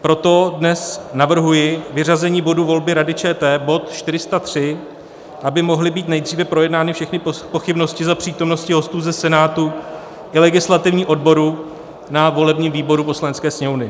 Proto dnes navrhuji vyřazení bodu Volby Rady ČT, bod 403, aby mohly být nejdříve projednány všechny pochybnosti za přítomnosti hostů ze Senátu i legislativního odboru na volebním výboru Poslanecké sněmovny.